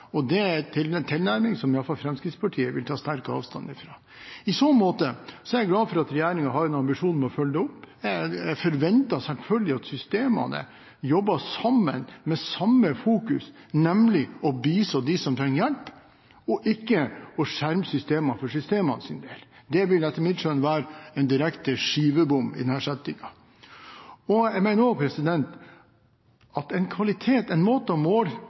hjelpen, og det er en tilnærming som i hvert fall Fremskrittspartiet vil ta sterk avstand fra. I så måte er jeg glad for at regjeringen har en ambisjon om å følge det opp. Jeg forventer selvfølgelig at systemene jobber sammen med samme fokus, nemlig å bistå de som trenger hjelp, og ikke skjerme systemene for systemene sin del. Det vil etter mitt skjønn være en direkte skivebom i denne settingen. Jeg mener også at en måte